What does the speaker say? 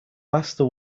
master